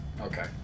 Okay